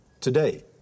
today